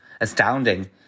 astounding